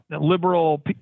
liberal